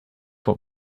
what